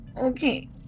Okay